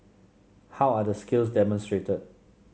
how are the skills demonstrated